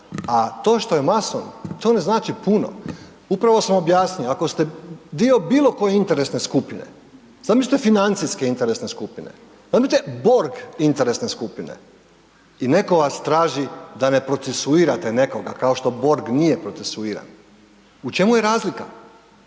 A to što je mason, to ne znači puno. Upravo sam objasnio, ako ste dio bilokoje interesne skupine, zamislite financijske interesne skupine, zamislite Borg interesne skupine i neko vas traži da ne procesuirate nekoga kao što Borg nije procesuiran, u čemu je razlika?